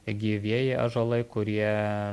gyvieji ąžuolai kurie